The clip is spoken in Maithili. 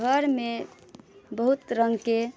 घरमे बहुत रङ्गके